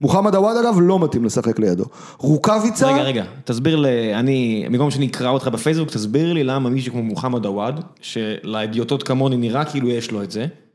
מוחמד הוואד אגב לא מתאים לשחק לידו, רוקוויצר... רגע, רגע, תסביר לי, אני... במקום שאני אקרע אותך בפייסבוק, תסביר לי למה מישהו כמו מוחמד הוואד, שלהדיוטות כמוני, נראה כאילו יש לו את זה.